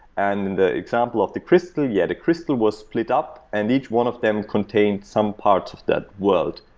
and the example of the crystal yeah, the crystal was split up and each one of them contained some part of that world,